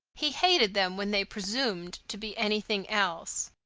he hated them when they presumed to be anything else.